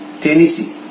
Tennessee